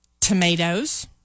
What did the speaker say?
tomatoes